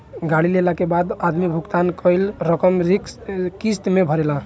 गाड़ी लेला के बाद आदमी भुगतान कईल रकम किस्त में भरेला